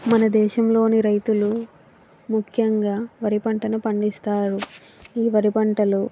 మన దేశంలోని రైతులు ముఖ్యంగా వరి పంటను పండిస్తారు ఈ వరి పంటలు